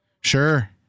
Sure